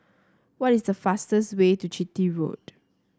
what is the fastest way to Chitty Road